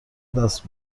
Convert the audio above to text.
دست